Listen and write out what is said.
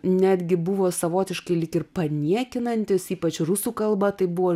netgi buvo savotiškai lyg ir paniekinantis ypač rusų kalba tai buvo